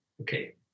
Okay